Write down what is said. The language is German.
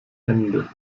hände